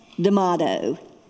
D'Amato